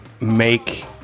make